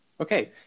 Okay